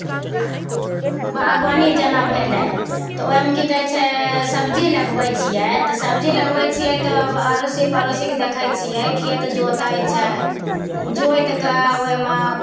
बोलथिन बागबानी जेना भेलै तऽ ओहिमे की कहैत छै सबजी लगबैत छियै तऽ सबजी लगबैत छियै तब अड़ोसी पड़ोसीके देखैत छियै खेत जोतैत छै जोति कऽ ओहिमे